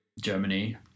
germany